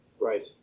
Right